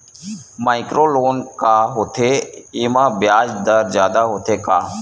Micro loan का होथे येमा ब्याज दर जादा होथे का?